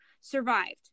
survived